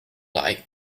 like